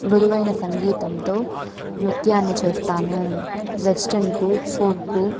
మృదువైన సంగీతంతో నృత్యాన్ని చేస్తాను వెస్ట్రెన్కు ఫోక్కు